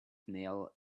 male